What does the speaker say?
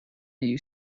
you